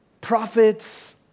prophets